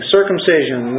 Circumcision